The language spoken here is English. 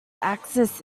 axis